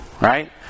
right